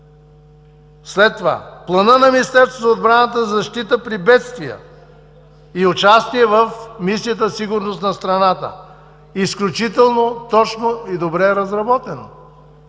След това, планът на Министерство на отбраната за защита при бедствия и участие в мисията „Сигурност на страната“ – изключително точно и добре разработено,